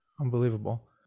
Unbelievable